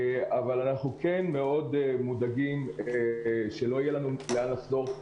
אבל אנחנו כן מאוד מודאגים שלא יהיה לנו לאן לחזור.